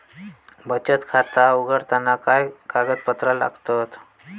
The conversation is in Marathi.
बचत खाता उघडताना काय कागदपत्रा लागतत?